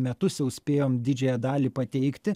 metus jau spėjom didžiąją dalį pateikti